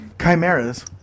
chimeras